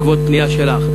בעקבות פנייה שלך,